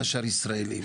והשאר ישראלים.